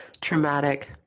traumatic